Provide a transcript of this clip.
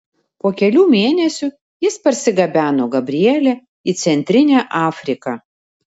po kelių mėnesių jis parsigabeno gabrielę į centrinę afriką